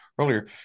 earlier